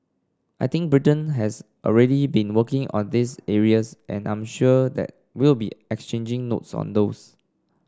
I think Britain has already been working on these areas and I'm sure that we'll be exchanging notes on those